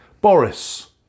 Boris